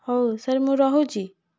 ହଉ ସାର୍ ମୁଁ ରହୁଛି